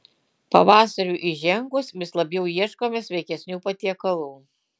pavasariui įžengus vis labiau ieškome sveikesnių patiekalų